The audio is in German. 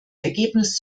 ergebnis